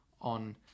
on